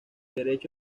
derecho